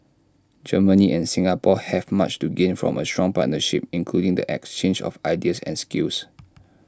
Germany and Singapore have much to gain from A strong partnership including the exchange of ideas and skills